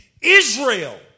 Israel